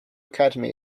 academy